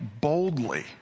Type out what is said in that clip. boldly